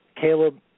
Caleb